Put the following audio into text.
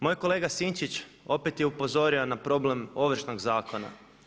Moj kolega Sinčić opet je upozorio na problem Ovršnog zakona.